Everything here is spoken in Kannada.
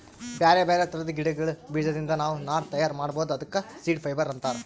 ಬ್ಯಾರೆ ಬ್ಯಾರೆ ಥರದ್ ಗಿಡಗಳ್ ಬೀಜದಿಂದ್ ನಾವ್ ನಾರ್ ತಯಾರ್ ಮಾಡ್ಬಹುದ್ ಅದಕ್ಕ ಸೀಡ್ ಫೈಬರ್ ಅಂತಾರ್